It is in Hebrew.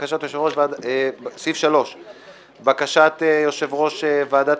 אין בקשת יושב ראש ועדת